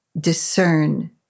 discern